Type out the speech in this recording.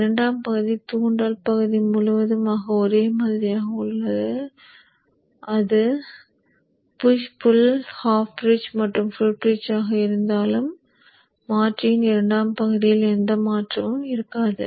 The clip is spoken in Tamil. இரண்டாம் பகுதி இரண்டாம் பகுதி முழுவதுமாக ஒரே மாதிரியாக உள்ளது அது புஷ் புள் ஹாஃப் பிரிட்ஜ் மற்றும் ஃபுல் பிரிட்ஜ் ஆக இருந்தாலும் மாற்றியின் இரண்டாம் பகுதியில் எந்த மாற்றமும் இருக்காது